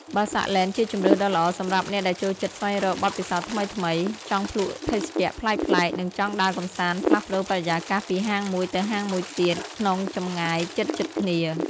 បាសាក់ ឡេន ជាជម្រើសដ៏ល្អសម្រាប់អ្នកដែលចូលចិត្តស្វែងរកបទពិសោធន៍ថ្មីៗ ចង់ភ្លក្សភេសជ្ជៈប្លែកៗ និងចង់ដើរកម្សាន្តផ្លាស់ប្តូរបរិយាកាសពីហាងមួយទៅហាងមួយទៀតក្នុងចម្ងាយជិតៗគ្នា។